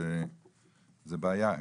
זה בעיה.